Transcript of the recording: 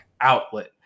outlet